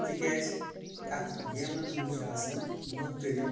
تِکیازِ اتھ گیمن منٛز چھِ آسان مُختلف